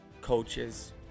coaches